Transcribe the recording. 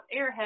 airhead